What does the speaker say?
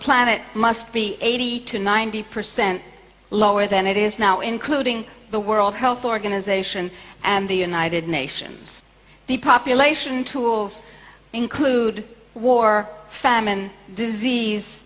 planet must be eighty to ninety percent lower than it is now including the world health organization and the united nations the population tools include war famine disease